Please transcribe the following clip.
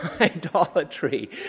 idolatry